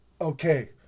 okay